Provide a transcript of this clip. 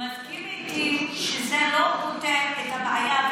מסכים איתי שזה לא פותר את הבעיה,